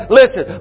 listen